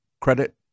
credit